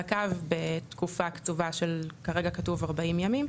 הקו בתקופה קצובה של, כרגע כתוב 40 ימים,